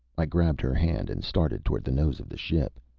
i grabbed her hand and started toward the nose of the ship,